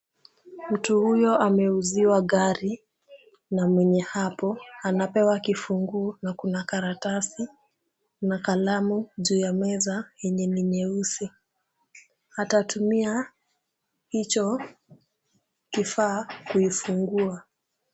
Mtu huyo ameuziqa maji nanmwenye hapo. Anapewa kifunguo na kuna karatasi na kalamu juu ya meza yenye ni nyeusi. Atatumia hicho kifaa kuifungua.